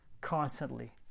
constantly